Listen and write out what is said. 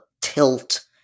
tilt